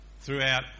throughout